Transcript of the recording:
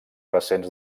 recents